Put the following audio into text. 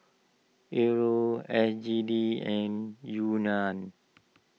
Euro S G D and Yuan